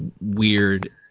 weird